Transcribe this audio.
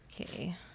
okay